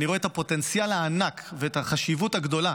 אני רואה את הפוטנציאל הענק ואת החשיבות הגדולה